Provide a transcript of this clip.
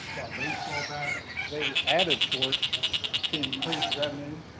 brought baseball back, they added sports to increase revenue,